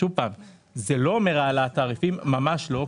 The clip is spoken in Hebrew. זה לא אומר העלאת תעריפים; ממש לא,